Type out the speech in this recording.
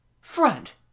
Front